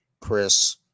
Chris